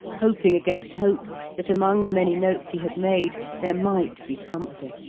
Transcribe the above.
hoping against hope that among the many notes he had made there might be something.